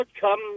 come